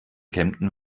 kempten